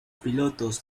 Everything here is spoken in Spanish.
pilotos